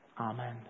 Amen